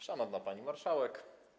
Szanowna Pani Marszałek!